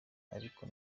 ariko